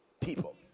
people